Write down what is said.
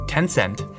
Tencent